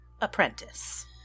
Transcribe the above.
Apprentice